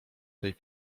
tej